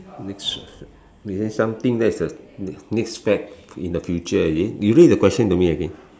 next is it something that's a a next fad in the future is it you read the question to me again